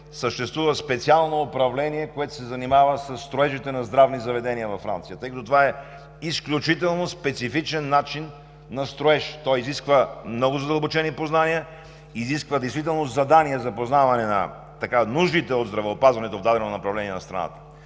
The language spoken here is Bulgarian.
съществува специално управление, което се занимава със строежите на здравни заведения, тъй като това е изключително специфичен начин на строеж. Той изисква много задълбочени познания. Изисква действително задание за познаване на нуждите от здравеопазване в дадено направление на страната.